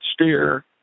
steer